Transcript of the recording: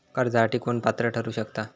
कर्जासाठी कोण पात्र ठरु शकता?